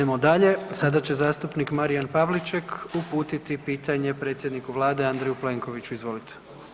Idemo dalje, sada će zastupnik Marijan Pavliček uputiti pitanje predsjedniku Vlade Andreju Plenkoviću, izvolite.